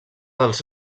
dels